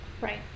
Right